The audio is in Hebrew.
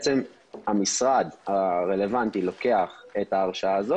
והמשרד הרלוונטי לוקח את ההרשאה הזאת